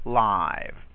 live